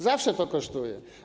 Zawsze to kosztuje.